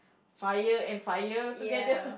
fire and fire together